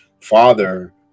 father